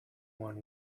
one